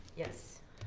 yes.